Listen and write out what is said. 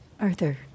Arthur